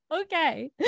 Okay